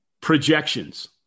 projections